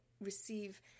receive